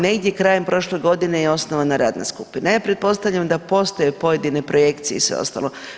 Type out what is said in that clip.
Negdje krajem prošle godine je osnovana radna skupina, ja pretpostavljam da postoje pojedine projekcije i sve ostalo.